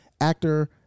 Actor